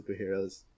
superheroes